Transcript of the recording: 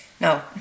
no